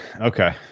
Okay